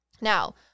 Now